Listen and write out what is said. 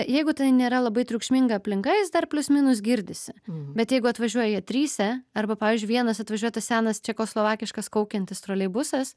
jeigu tai nėra labai triukšminga aplinka jis dar plius minus girdisi bet jeigu atvažiuoja jie tryse arba pavyzdžiui vienas atvažiuoja tas senas čekoslovakiškas kaukiantis troleibusas